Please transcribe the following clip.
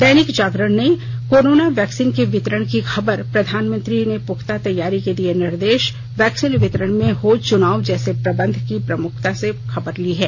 दैनिक जागरण ने corona vaccine के वितरण की खबर प्रधानमंत्री ने पुख्ता तैयारी के दिये निर्देश वैक्सीन वितरण में हो चुनाव जैसे प्रबंध को प्रमुखता से पहले पन्ने पर प्रकाशित किया है